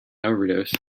overdose